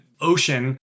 ocean